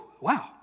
Wow